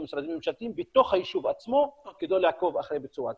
משרדים ממשלתיים בתוך היישוב עצמו כדי לעקוב אחרי ביצוע התוכנית.